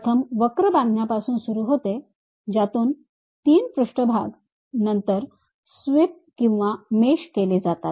प्रथम वक्र बांधण्यापासून सुरू होते ज्यातून 3D पृष्ठभाग नंतर स्वीप किंवा मेश केले जातात